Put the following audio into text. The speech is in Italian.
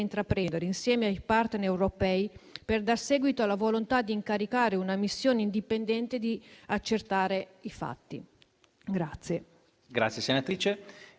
intraprendere, insieme ai *partner* europei, per dare seguito alla volontà di incaricare una missione indipendente per accertare i fatti.